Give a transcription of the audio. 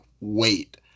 wait